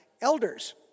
elders